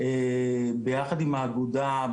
ביחד עם האגודה,